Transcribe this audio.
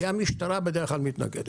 כי המשטרה בדרך כלל מתנגדת.